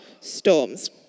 storms